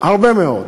הרבה מאוד,